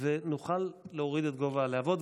ונוכל להוריד את גובה הלהבות,